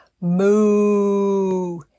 moo